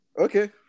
Okay